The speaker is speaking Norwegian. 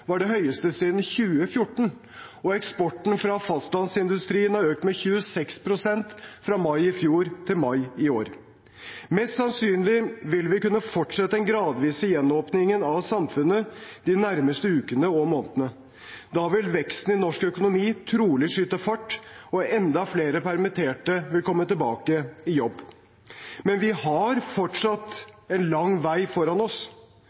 var det høyeste siden 2014, og eksporten fra fastlandsindustrien har økt med 26 pst. fra mai i fjor til mai i år. Mest sannsynlig vil vi kunne fortsette den gradvise gjenåpningen av samfunnet de nærmeste ukene og månedene. Da vil veksten i norsk økonomi trolig skyte fart, og enda flere permitterte vil komme tilbake i jobb. Men vi har fortsatt en lang vei foran oss.